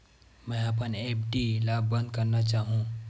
मेंहा अपन एफ.डी ला बंद करना चाहहु